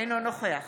אינו נוכח